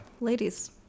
Ladies